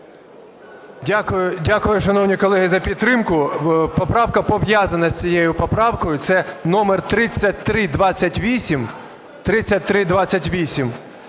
Дякую, шановні колеги, за підтримку. Поправка, пов'язана з цією поправкою – це номер 3328.